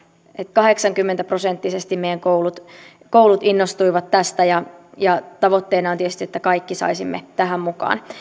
kahdeksankymmentä prosenttisesti meidän koulut innostuivat tästä ja ja tavoitteena on tietysti että kaikki saisimme tähän mukaan